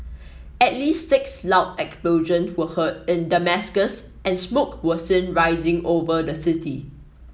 at least six loud explosion were heard in Damascus and smoke was seen rising over the city